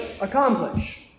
accomplish